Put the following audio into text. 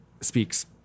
speaks